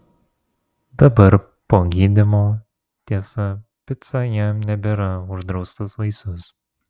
dabar po gydymo tiesa pica jam nebėra uždraustas vaisius